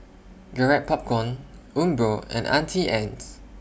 Garrett Popcorn Umbro and Auntie Anne's